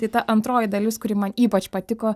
tai ta antroji dalis kuri man ypač patiko